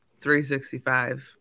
365